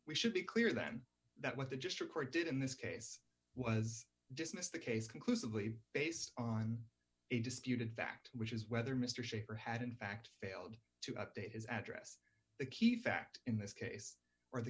we should be clearer than that what the just record did in this case was dismissed the case conclusively based on a disputed fact which is whether mr shaper had in fact failed to update his address the key fact in this case or the